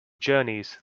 journeys